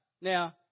now